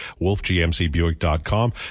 wolfgmcbuick.com